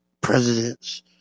presidents